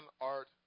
art